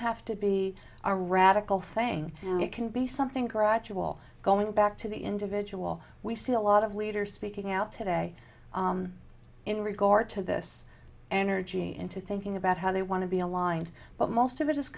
have to be a radical thing it can be something gradual going back to the individual we see a lot of leaders speaking out today in regard to this energy into thinking about how they want to be aligned but most of it